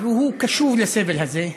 והוא קשוב לסבל הזה.